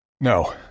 No